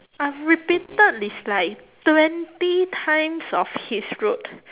I'm repeated it's like twenty times of his route